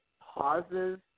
pauses